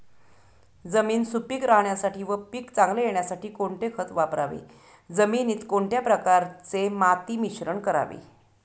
जमीन सुपिक राहण्यासाठी व पीक चांगले येण्यासाठी कोणते खत वापरावे? जमिनीत कोणत्या प्रकारचे माती मिश्रण करावे?